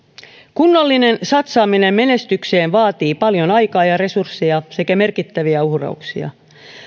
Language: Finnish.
kunnollinen satsaaminen menestykseen vaatii paljon aikaa ja resursseja sekä merkittäviä uhrauksia